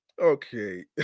Okay